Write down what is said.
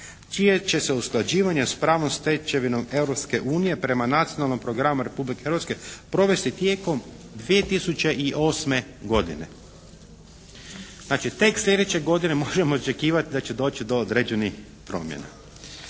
čije će se usklađivanje s pravnom stečevinom Europske unije prema nacionalnom programu Republike Hrvatske provesti tijekom 2008. godine. Znači tek sljedeće godine možemo očekivati da će doći do određenih promjena.